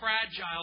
fragile